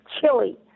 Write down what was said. chilly